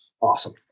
awesome